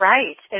Right